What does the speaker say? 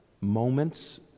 moments